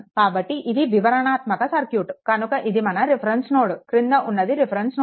కాబట్టి ఇది వివరణాత్మక సర్క్యూట్ కనుక ఇది మన రిఫరెన్స్ నోడ్ క్రింద ఉన్నది రిఫరెన్స్ నోడ్